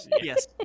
Yes